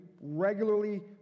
regularly